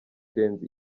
irenze